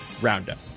Roundup